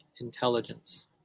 intelligence